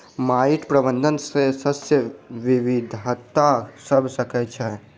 माइट प्रबंधन सॅ शस्य विविधता भ सकै छै